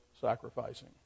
sacrificing